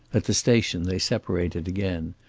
at the station they separated again,